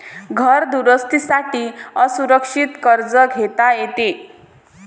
घर दुरुस्ती साठी असुरक्षित कर्ज घेता येते